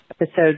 Episode